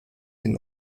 den